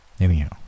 Anyhow